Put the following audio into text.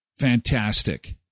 fantastic